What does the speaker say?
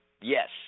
Yes